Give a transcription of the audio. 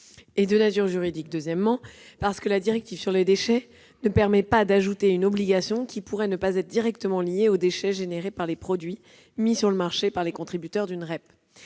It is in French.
est de nature juridique : la directive sur les déchets ne permet pas d'ajouter une obligation qui pourrait ne pas être directement liée aux déchets issus de produits mis sur le marché par les contributeurs d'une REP.